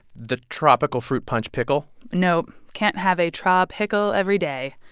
the tropical fruit punch pickle? no. can't have a tropickle every day.